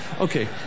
Okay